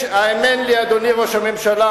האמן לי, אדוני ראש הממשלה,